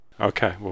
Okay